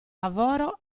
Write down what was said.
lavoro